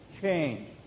change